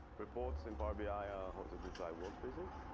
reports in power be, i are hosted inside workspaces